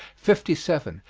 fifty seven.